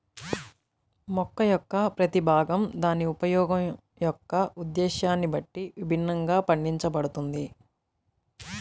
మొక్క యొక్క ప్రతి భాగం దాని ఉపయోగం యొక్క ఉద్దేశ్యాన్ని బట్టి విభిన్నంగా పండించబడుతుంది